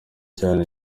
cane